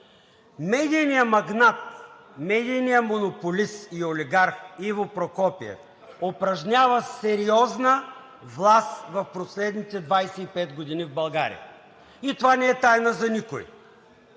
Медийният магнат, медийният монополист и олигарх Иво Прокопиев упражнява сериозна власт в последните 25 години в България и това не е тайна за никого.